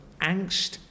angst